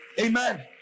Amen